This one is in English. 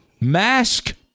Mask